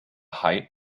height